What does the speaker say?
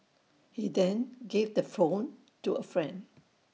he then gave the phone to A friend